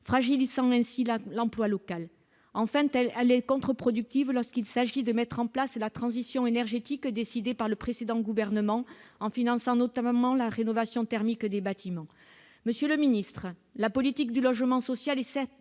fragilisant ainsi la l'emploi local enfin telle allait contre-productive lorsqu'il s'agit de mettre en place et la transition énergétique décidée par le précédent gouvernement, en finançant notamment la rénovation thermique des bâtiments, monsieur le ministre, la politique du logement social et certes,